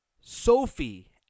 Sophie